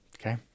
Okay